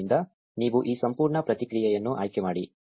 ಆದ್ದರಿಂದ ನೀವು ಈ ಸಂಪೂರ್ಣ ಪ್ರತಿಕ್ರಿಯೆಯನ್ನು ಆಯ್ಕೆ ಮಾಡಿ